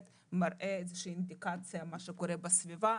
מראה איזושהי אינדיקציה למה שקורה בסביבה.